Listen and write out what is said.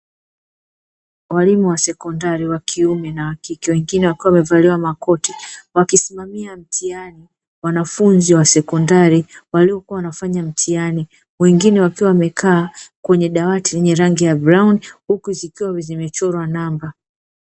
Walimu wa sekondari wa kiume na wa kike, wengine wakiwa wamevalia makoti wakisimamia mitihani wanafunzi sekondari, waliokuwa wanafanya mtihani, wengine wakiwa wamekaa kwenye dawati lenye rangi ya brauni, huku zikiwa zimechorwa namba.